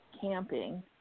camping